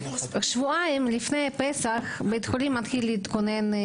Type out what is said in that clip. שבועיים לפני פסח בית החולים מתחיל להתכונן,